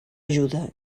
ajuda